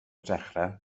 dechrau